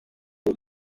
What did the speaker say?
iyo